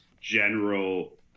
general